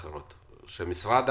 2021 1,000 שקל בחודש סיוע בשכר דירה,